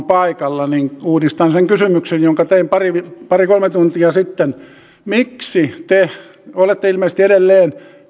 paikalla niin uudistan sen kysymyksen jonka tein pari pari kolme tuntia sitten tehän olette ilmeisesti edelleen